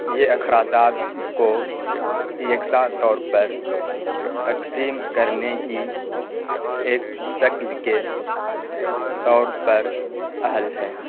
یہ اخراجات کو یکساں طور پر تقسیم کرنے کی ایک شکل کے طور پر اہل ہے